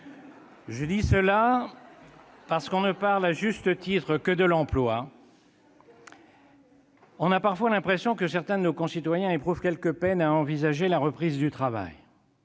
Je dis cela, car, alors que l'on ne parle à juste titre que de l'emploi, l'on a parfois l'impression que certains de nos concitoyens éprouvent quelque peine à envisager la reprise du travail.